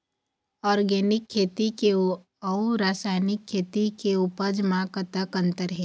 Organic खेती के अउ रासायनिक खेती के उपज म कतक अंतर हे?